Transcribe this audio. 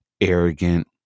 arrogant